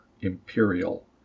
imperial